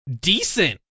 decent